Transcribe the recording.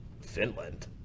Finland